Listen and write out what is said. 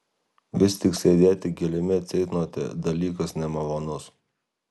vis tik sėdėti giliame ceitnote dalykas nemalonus